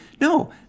no